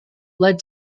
led